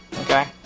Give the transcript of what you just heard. okay